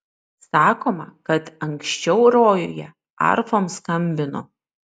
sakoma kad anksčiau rojuje arfom skambino